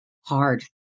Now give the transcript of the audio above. hard